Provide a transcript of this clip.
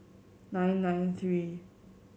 nine nine three